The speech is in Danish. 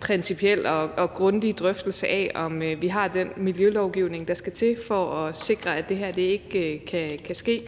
principiel og grundig drøftelse af, om vi har den miljølovgivning, der skal til for at sikre, at det her ikke kan ske.